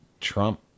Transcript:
Trump